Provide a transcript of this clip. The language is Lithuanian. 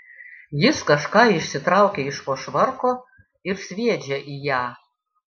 jis kažką išsitraukia iš po švarko ir sviedžia į ją